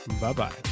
bye-bye